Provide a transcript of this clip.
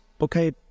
Okay